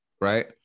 right